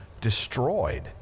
destroyed